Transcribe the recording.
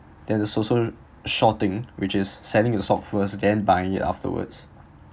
then there's also shorting which is selling the stock first then buying it afterwards